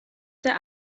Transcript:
der